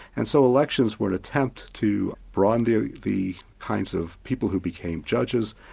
and so elections were an attempt to broaden the the kinds of people who became judges,